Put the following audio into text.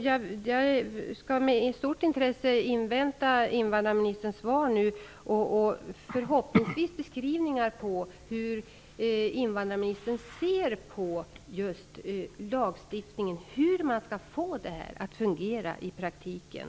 Jag skall med stort intresse invänta invandrarministerns svar och förhoppningsvis beskrivningar på hur invandrarministern ser på just lagstiftningen och hur vi skall få tillämpningen att fungera i praktiken.